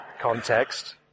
context